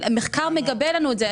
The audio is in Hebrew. מחקר מגבה לנו את זה.